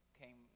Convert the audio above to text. came